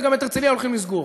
וגם את הרצליה הולכים לסגור.